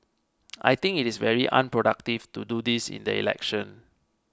I think it is very unproductive to do this in the election